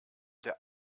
der